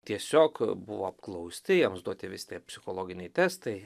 tiesiog buvo apklausti jiems duoti visi tie psichologiniai testai